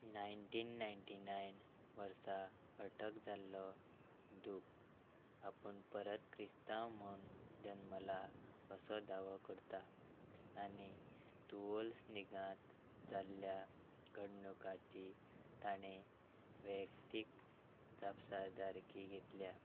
nineteen ninety nine वर्सा अटक जाल्लो दूख आपूण परत क्रिस्तांव म्हूण जल्मला असो दावो करता आनी तुवोल स्नेगांत जाल्ल्या घडणुकाची ताणें वैयक्तीक जापसादारकी घेतल्या